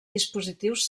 dispositius